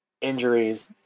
injuries